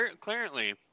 clearly